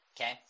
Okay